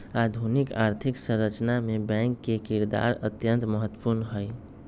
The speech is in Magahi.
आधुनिक आर्थिक संरचना मे बैंक के किरदार अत्यंत महत्वपूर्ण हई